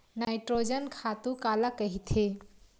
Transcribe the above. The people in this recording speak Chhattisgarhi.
नाइट्रोजन खातु काला कहिथे?